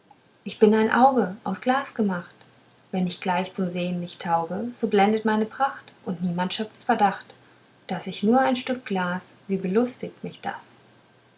ich bin ein auge aus glas gemacht wenn ich gleich zum sehen nicht tauge so blendet meine pracht und niemand schöpft verdacht daß ich nur ein stück glas wie belustigt mich das